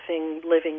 living